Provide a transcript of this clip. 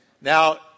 Now